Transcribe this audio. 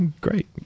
great